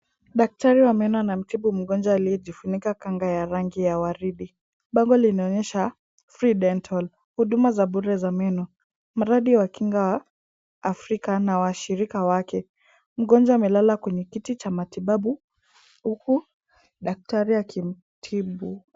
Daktari wa meno anamtibu mgonjwa aliyejifunika kanga ya rangi ya waridi, bango linaonyesha free dental , huduma za bure za meno, mradi wa kinga wa Afrika na washirika wake. Mgonjwa amelala kwenye kiti cha matibabu huku daktari akimtibu.